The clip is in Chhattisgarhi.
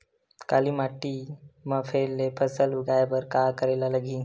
काली माटी म फेर ले फसल उगाए बर का करेला लगही?